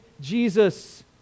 Jesus